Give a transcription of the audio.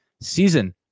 season